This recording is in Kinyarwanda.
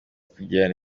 kugirana